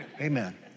Amen